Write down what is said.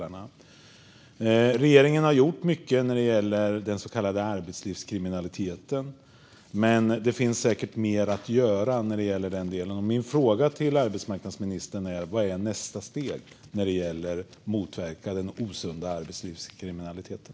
Regeringen har gjort mycket när det gäller den så kallade arbetslivskriminaliteten, men det finns säkert mer att göra. Min fråga till arbetsmarknadsministern är: Vad är nästa steg när det gäller att motverka den osunda arbetslivskriminaliteten?